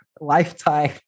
lifetime